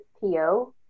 PO